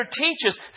teaches